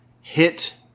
Hit